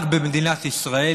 רק במדינת ישראל,